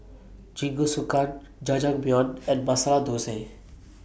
Jingisukan Jajangmyeon and Masala Dosa